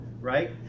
right